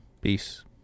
Peace